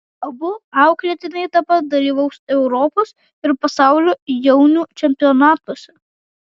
abu auklėtiniai dabar dalyvaus europos ir pasaulio jaunių čempionatuose